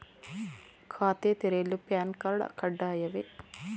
ಖಾತೆ ತೆರೆಯಲು PAN card ಕಡ್ಡಾಯವೇ?